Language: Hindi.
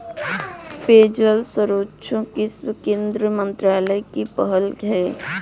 पेयजल सर्वेक्षण किस केंद्रीय मंत्रालय की पहल है?